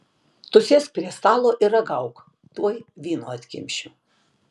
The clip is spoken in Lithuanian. tu sėsk prie stalo ir ragauk tuoj vyno atkimšiu